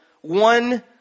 one